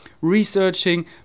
researching